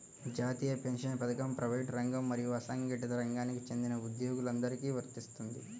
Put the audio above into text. జాతీయ పెన్షన్ పథకం ప్రైవేటు రంగం మరియు అసంఘటిత రంగానికి చెందిన ఉద్యోగులందరికీ వర్తిస్తుంది